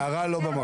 הערה לא במקום.